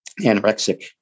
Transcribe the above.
anorexic